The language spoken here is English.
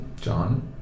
John